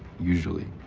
usually,